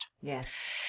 Yes